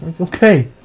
okay